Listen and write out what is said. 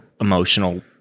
emotional